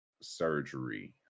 surgery